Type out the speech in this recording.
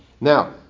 now